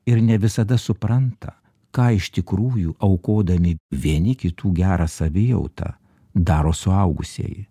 ir ne visada supranta ką iš tikrųjų aukodami vieni kitų gerą savijautą daro suaugusieji